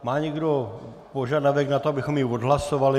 Má někdo požadavek na to, abychom ji odhlasovali?